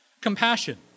compassion